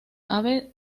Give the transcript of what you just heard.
aves